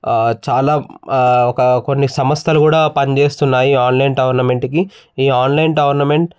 చాలా ఒక కొన్ని సంస్థలు కూడా పనిచేస్తున్నాయి ఆన్లైన్ టోర్నమెంట్కి ఈ ఆన్లైన్ టోర్నమెంట్